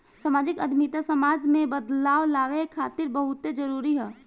सामाजिक उद्यमिता समाज में बदलाव लावे खातिर बहुते जरूरी ह